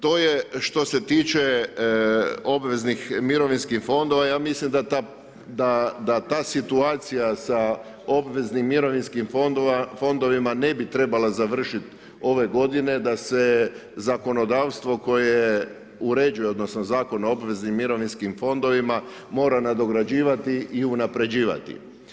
To je što se tiče obveznih mirovinskih fondova, ja mislim da ta, da ta situacija sam obveznim mirovinskim fondovima, ne bi trebala završit ove godine, da se zakonodavstvo koje uređuje odnosno Zakon o obveznim mirovinskim fondovima, mora nadograđivati i unapređivati.